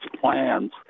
plans